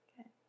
Okay